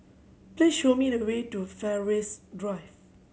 please show me the way to Fairways Drive